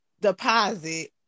deposit